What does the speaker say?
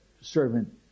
servant